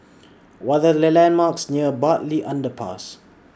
What Are The landmarks near Bartley Underpass